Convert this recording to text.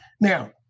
Now